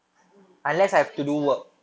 mm perfectionist lor